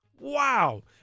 Wow